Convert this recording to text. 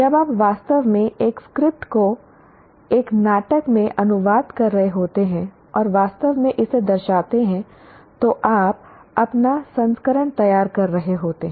जब आप वास्तव में एक स्क्रिप्ट को एक नाटक में अनुवाद कर रहे होते हैं और वास्तव में इसे दर्शाते हैं तो आप अपना संस्करण तैयार कर रहे होते हैं